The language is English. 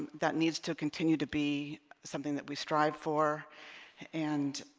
that needs to continue to be something that we strive for and